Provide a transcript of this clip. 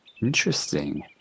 Interesting